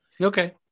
Okay